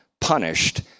punished